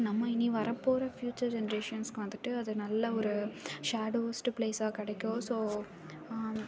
நம்ம இனி வரப்போகிற ஃபியூச்சர் ஜெனரேஷன்ஸ்க்கும் வந்துட்டு அது நல்ல ஒரு சாடோவோஸ்ட்டு ப்ளேசாக கிடைக்கும் ஸோ